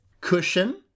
cushion